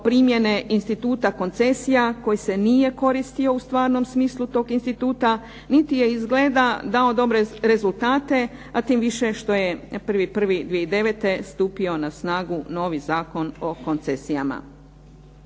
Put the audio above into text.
primjene instituta koncesija koji se nije koristio u stvarnom smislu u pogledu tog instituta niti je dao dobre rezultate a tim više što je 1. 1. 2009. stupio na snagu novi Zakon o koncesijama.